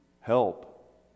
Help